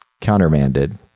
countermanded